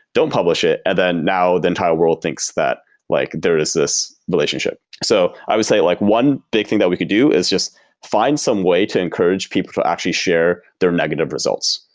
don't publish it. then now the entire world thinks that like there is this relationship so i would say like one big thing that we could do is just find some way to encourage people to actually share their negative results,